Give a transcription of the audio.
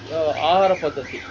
ಆಹಾರ ಪದ್ಧತಿ